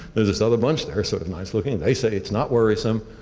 there's this other bunch. they are sort of nice looking. they say it's not worrisome.